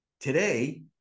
Today